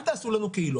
אל תעשו לנו כאילו.